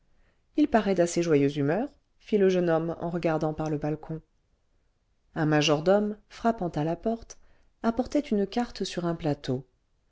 il paraît d'assez joyeuse humeur fit le jeune homme en regardant par le balcon un majordome frappant à la porte apportait une carte sur un plateau